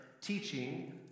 teaching